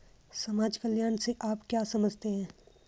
समाज कल्याण से आप क्या समझते हैं?